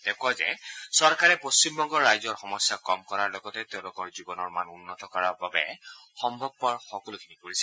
তেওঁ কয় যে চৰকাৰে পশ্চিমবংগৰ ৰাইজৰ সমস্য কম কৰাৰ লগতে তেওঁলোকৰ জীৱনৰ মান উন্নত কৰাৰ বাবে সম্ভৱপৰ সকলোখিনি কৰিছে